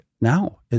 now